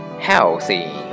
healthy